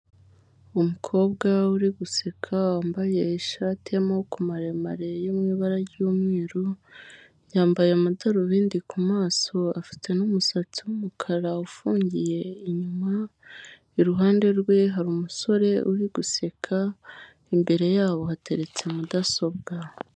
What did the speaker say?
Umukobwa uri guseka, wambaye ishati y'amaboko maremare yo mu ibara ry'umweru, yambaye amadarubindi ku maso, afite n'umusatsi w'umukara ufungiye inyuma, iruhande rwe hari umusore uri guseka, imbere yabo hateretse mudasobwa.